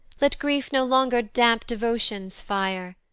let grief no longer damp devotion's fire,